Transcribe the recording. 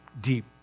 deep